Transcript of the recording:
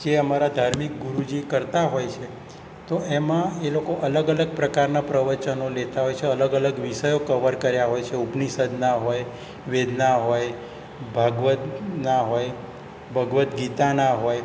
જે અમારા ધાર્મિક ગુરુજી કરતા હોય છે તો એમાં એ લોકો અલગ અલગ પ્રકારનાં પ્રવચનો લેતાં હોય છે અલગ અલગ વિષયો કવર કર્યા હોય છે ઉપનિષદના હોય વેદના હોય ભાગવદના હોય ભગવદ્ ગીતાના હોય